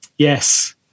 Yes